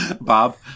Bob